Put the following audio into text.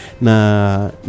na